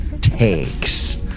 takes